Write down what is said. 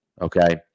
okay